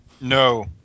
No